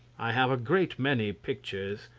i have a great many pictures,